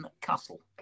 Castle